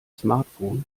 smartphone